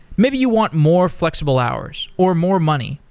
maybe you want more flexible hours, or more money,